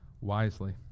wisely